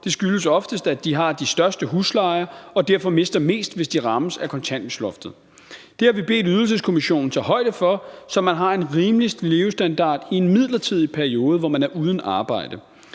Det skyldes oftest, at de har de største huslejer og derfor mister mest, hvis de rammes af kontanthjælpsloftet. Det har vi bedt ydelseskommissionen tage højde for, så man har en rimelig levestandard i en midlertidig periode, hvor man er uden arbejde.